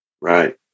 Right